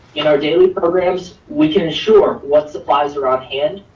in our daily programs, we can ensure what supplies are on hand,